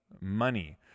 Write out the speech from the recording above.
money